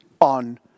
on